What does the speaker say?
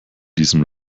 diesem